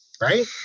right